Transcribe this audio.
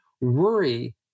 worry